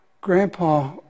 Grandpa